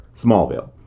Smallville